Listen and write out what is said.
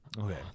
Okay